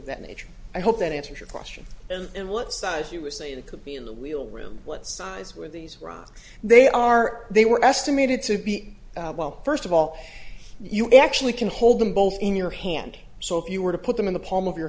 of that nature i hope that answers your question and what size you would say that could be in the wheel room what size were these rocks they are they were estimated to be well first of all you actually can hold them both in your hand so if you were to put them in the palm of your